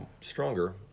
stronger